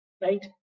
Right